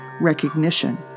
recognition